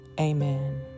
Amen